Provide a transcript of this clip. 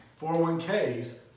401ks